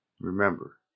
Remember